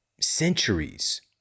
centuries